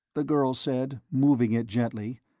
the girl said, moving it gently.